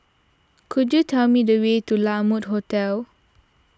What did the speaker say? could you tell me the way to La Mode Hotel